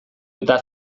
eta